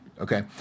Okay